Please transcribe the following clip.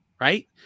right